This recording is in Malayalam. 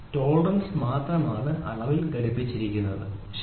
ടോളറൻസ് മാത്രമാണ് അളവിൽ ഘടിപ്പിച്ചിരിക്കുന്നത് ശരി